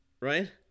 right